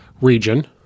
region